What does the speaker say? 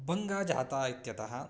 भङ्गा जाता इत्यतः